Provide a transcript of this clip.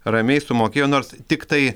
ramiai sumokėjo nors tiktai